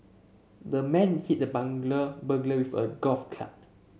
the man hit the burglar with a golf club